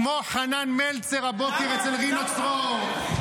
כמו חנן מלצר הבוקר את רינו צרור,